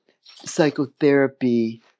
psychotherapy